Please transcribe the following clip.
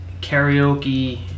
Karaoke